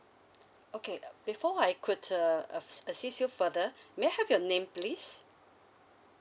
okay before I could uh assist you further may I have your name please